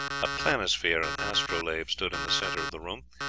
a planisphere and astrolabe stood in the centre of the room,